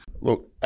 Look